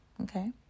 okay